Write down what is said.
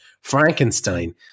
Frankenstein